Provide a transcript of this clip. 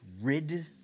rid